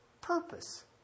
purpose